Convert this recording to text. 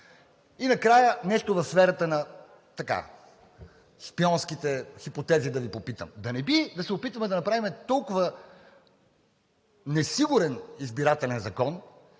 И накрая нещо в сферата на шпионските хипотези, да Ви попитам – да не би да се опитваме да направим толкова несигурен избирателен закон,